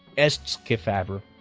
estes kefauver.